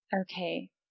Okay